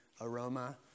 aroma